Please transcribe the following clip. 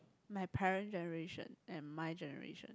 my parent generation and my generation